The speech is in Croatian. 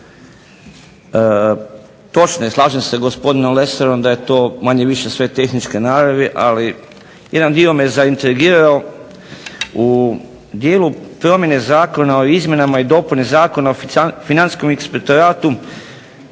Točno je i slažem se sa gospodinom Lesarom da je to manje-više sve tehničke naravi, ali jedan dio me zaintrigirao. U dijelu promjene Zakona o izmjenama i dopuni Zakona o Financijskom inspektoratu